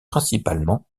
principalement